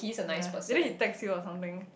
yea later he text you or something